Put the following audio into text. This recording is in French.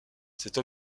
cette